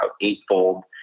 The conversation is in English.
eightfold